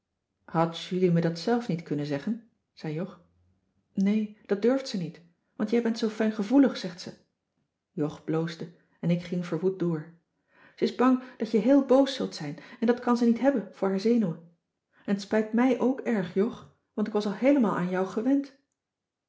had julie me dat zelf niet kunnen zeggen zei jog nee dat durft ze niet want jij bent zoo fijngevoelig zegt ze jog bloosde en ik ging verwoed door ze is bang dat je heel boos zult zijn en dat kan ze niet hebben voor haar zenuwen en t spijt mij ook erg jog want ik was al heelemaal aan jou gewend